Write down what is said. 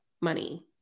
money